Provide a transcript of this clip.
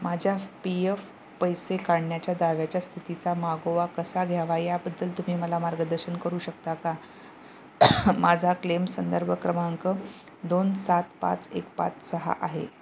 माझ्या P F पैसे काढण्याच्या दाव्याच्या स्थितीचा मागोवा कसा घ्यावा याबद्दल तुम्ही मला मार्गदर्शन करू शकता का माझा क्लेम संदर्भ क्रमांक दोन सात पाच एक पाच सहा आहे